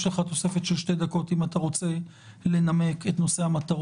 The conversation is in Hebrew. יש לך תוספת של שתי דקות אם אתה רוצה לנמק את נושא המטרות,